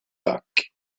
back